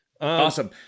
Awesome